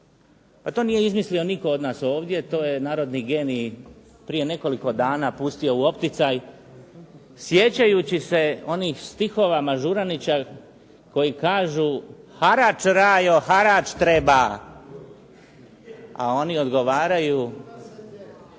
To nije izmislio nitko od nas ovdje, to je narodni genij prije nekoliko dana pustio u opticaj sjećajući se onih stihova Mažuranića koji kažu "harač rajo, harač treba", a oni odgovaraju…